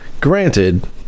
granted